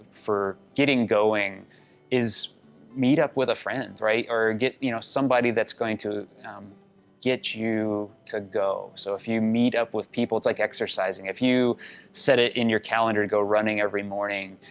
for getting going is meet up with a friend, right? or get, you know, somebody that's going to get you to go. so, if you meet up with people it's like exercising. if you set it in your calendar, go running every morning.